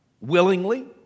willingly